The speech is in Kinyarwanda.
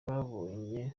babonye